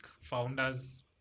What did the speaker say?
founders